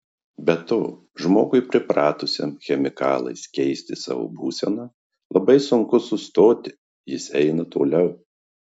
be to žmogui pripratusiam chemikalais keisti savo būseną labai sunku sustoti jis eina toliau